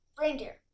reindeer